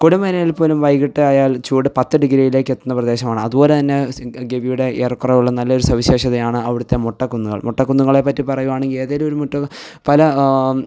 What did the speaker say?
കൊടുംവേനലിൽ പോലും വൈകീട്ടായാൽ ചൂട് പത്ത് ഡിഗ്രിയിലേക്കെത്തുന്ന പ്രദേശമാണ് അതുപോലെ തന്നെ ഗവിയുടെ ഏറെ കുറേ ഉള്ള നല്ലൊരു സവിശേഷതയാണ് അവിടുത്തെ മൊട്ടക്കുന്നുകൾ മൊട്ടക്കുന്നുകളെപ്പറ്റി പറയുകയാണെങ്കിൽ ഏതെങ്കിലുമൊരു മൊട്ട പല